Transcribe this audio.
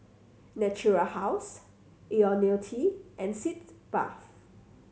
Natura House Ionil T and Sitz Bath